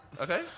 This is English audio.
Okay